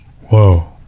Whoa